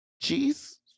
cheese